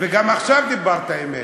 וגם עכשיו דיברת אמת.